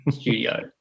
studio